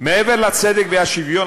מעבר לצדק והשוויון,